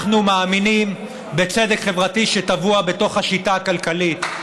אנחנו מאמינים בצדק חברתי שטבוע בתוך השיטה הכלכלית,